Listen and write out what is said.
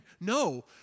No